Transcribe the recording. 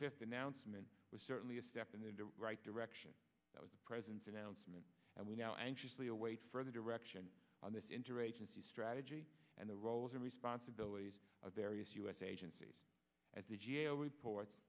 fifth announcement was certainly a step in the right direction it was the president's announcement and we now anxiously await further direction on this interagency strategy and the roles and responsibilities of various u s agencies as the g a o reports